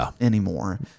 anymore